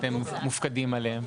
שאתם מופקדים עליהם?